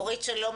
אורית, שלום.